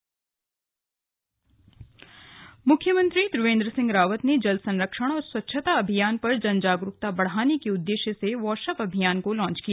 मुख्यमंत्री wash up अभियान मुख्यमंत्री त्रिवेन्द्र सिंह रावत ने जल संरक्षण और स्वच्छता अभियान पर जन जागरुकता बढ़ाने के उद्देश्य से वॉशअप अभियान को लॉन्च किया